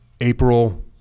April